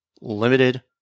limited